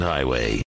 Highway